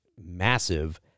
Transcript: massive